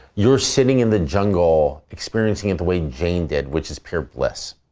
you're sitting in the jungle experiencing it the way jane did, which is pure bliss.